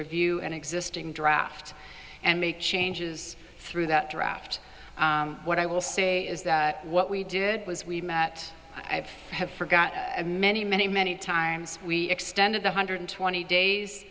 review an existing draft and make changes through that draft what i will say is that what we did was we met i have forgotten many many many times we extended the hundred twenty days